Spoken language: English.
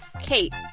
Kate